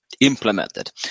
implemented